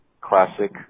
Classic